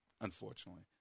unfortunately